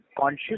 conscious